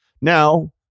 now